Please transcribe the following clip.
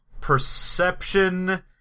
Perception